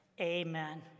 Amen